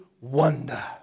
wonder